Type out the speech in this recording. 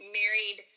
married